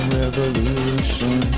revolution